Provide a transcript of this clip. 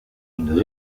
une